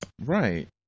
Right